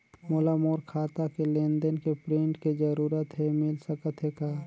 मोला मोर खाता के लेन देन के प्रिंट के जरूरत हे मिल सकत हे का?